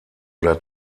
oder